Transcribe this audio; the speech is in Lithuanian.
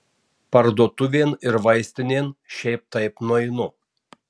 parduotuvėn ir vaistinėn šiaip taip nueinu